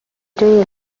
جای